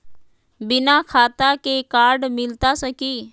बिना खाता के कार्ड मिलता सकी?